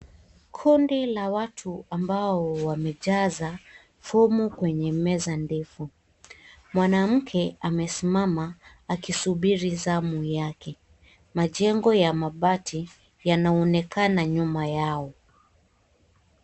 Kundi la watu ambao wamejaza fomu kwenye meza ndefu. Mwanamke amesimama akisubiri zamu yake. Majengo ya mabati yanaonekana nyuma yao.